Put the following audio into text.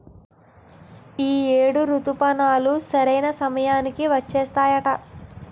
ఈ ఏడు రుతుపవనాలు సరైన సమయానికి వచ్చేత్తాయట